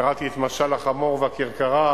קראתי את משל החמור והכרכרה,